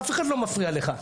אף אחד לא מפריע לך.